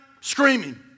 screaming